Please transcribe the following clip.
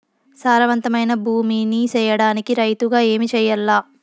సారవంతమైన భూమి నీ సేయడానికి రైతుగా ఏమి చెయల్ల?